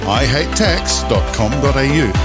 ihatetax.com.au